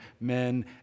men